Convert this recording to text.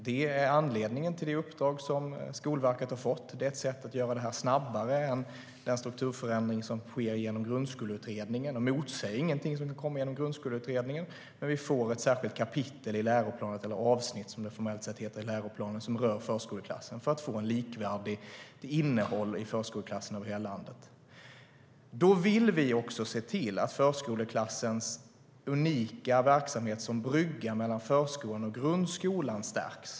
Det är anledningen till det uppdrag som Skolverket har fått. Det är ett sätt att göra detta snabbare än den strukturförändring som sker genom Grundskoleutredningen. Det motsäger inget som kommer genom Grundskoleutredningen, men vi får ett särskilt avsnitt i läroplanen som rör förskoleklassen för att få ett likvärdigt innehåll i förskoleklassen över hela landet. Vi vill också se till att förskoleklassens unika verksamhet som brygga mellan förskola och grundskola stärks.